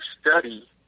study